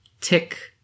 Tick